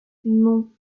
non